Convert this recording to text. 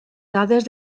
dades